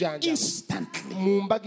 instantly